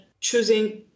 choosing